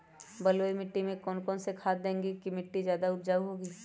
बलुई मिट्टी में कौन कौन से खाद देगें की मिट्टी ज्यादा उपजाऊ होगी?